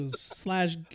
slash